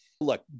look